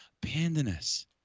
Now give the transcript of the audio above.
Pandanus